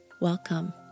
welcome